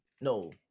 no